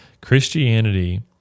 Christianity